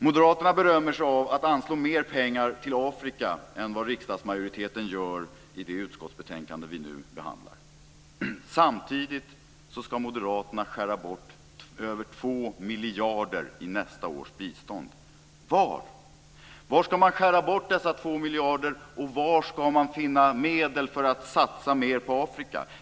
Moderaterna berömmer sig av att anslå mer pengar till Afrika än vad riksdagsmajoriteten gör i det utskottsbetänkande som vi nu behandlar. Samtidigt ska Moderaterna skära bort över 2 miljarder i nästa års bistånd. Var ska man skära bort dessa 2 miljarder, och var ska man finna medel för att satsa mer på Afrika?